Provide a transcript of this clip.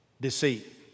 Deceit